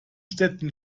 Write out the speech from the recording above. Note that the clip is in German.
städte